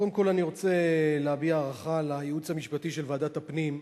קודם כול אני רוצה להביע הערכה לייעוץ המשפטי של ועדת הפנים,